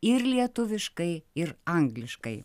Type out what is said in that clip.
ir lietuviškai ir angliškai